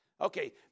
Okay